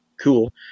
Cool